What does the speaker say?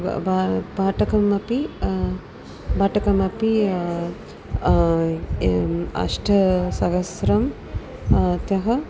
व ब भाटकम् अपि भाटकम् अपि अष्टसहस्रम् अतः